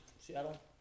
Seattle